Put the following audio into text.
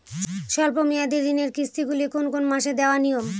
স্বল্প মেয়াদি ঋণের কিস্তি গুলি কোন কোন মাসে দেওয়া নিয়ম?